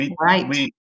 right